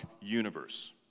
universe